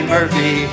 Murphy